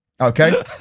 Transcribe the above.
Okay